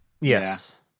Yes